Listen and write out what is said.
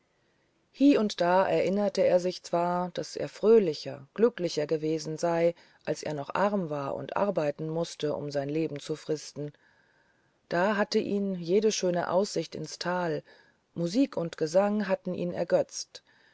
hie und da erinnerte er sich zwar daß er fröhlicher glücklicher gewesen sei als er noch arm war und arbeiten mußte um sein leben zu fristen da hatte ihn jede schöne aussicht ins tal musik und gesang hatten ihn ergötzt